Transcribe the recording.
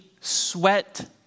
sweat